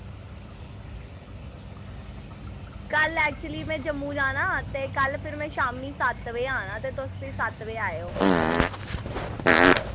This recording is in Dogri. कल एक्चुअली मैं जम्मू जाना ते कल फिर मैं शाम्मी सत्त बजे आना ते तुस फ्ही सत्त बजे आयो